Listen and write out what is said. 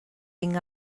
vinc